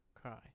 cry